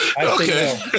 Okay